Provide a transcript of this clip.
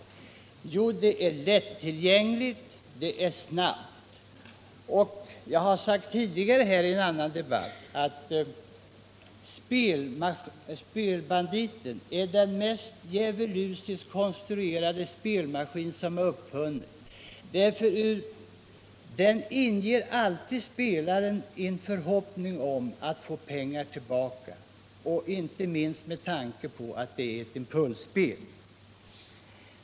Jo, därför att det är lättillgängligt och snabbt. Jag har tidigare i en annan debatt här sagt att spelbanditen är den mest djävulusiskt konstruerade spelmaskin som har uppfunnits, eftersom den alltid inger spelaren förhoppningar om att få pengar tillbaka, inte minst med tanke på att det är ett impulsspel.